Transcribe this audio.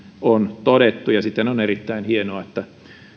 on todettu ja siten on erittäin hienoa että